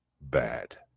bad